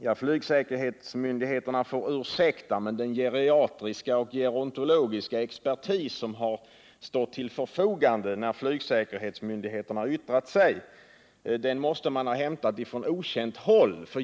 Ja, flygsäkerhetsmyndigheterna får ursäkta, men den geriatriska och gerontologiska expertis som har stått till förfogande när flygsäkerhetsmyndigheterna har yttrat sig måste man ha hämtat från okänt håll.